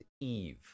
Eve